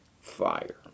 fire